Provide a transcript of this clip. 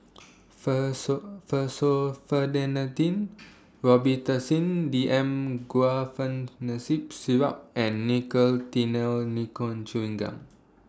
Robitussin D M Guaiphenesin Syrup and Nicotinell Nicotine Chewing Gum